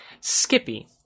Skippy